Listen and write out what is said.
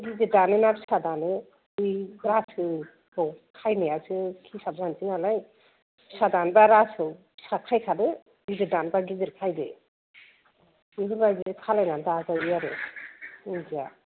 गिदिर दानो ना फिसा दानो बै रासोखौ खायनायासो हिसाब जासै नालाय फिसा दानोबा रासोआव फिसा खायखादो गिदिर दानोबा गिदिर खायदो बेफोरबायदि खालायनानै दाजायो आरो जिया